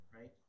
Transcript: right